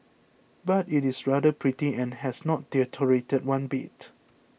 but it is rather pretty and has not deteriorated one bit